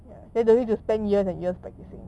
you don't need to spend years and years practicing